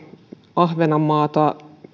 ahvenanmaata